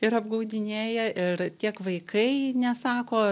ir apgaudinėja ir tiek vaikai nesako